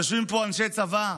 יושבים פה אנשי צבא,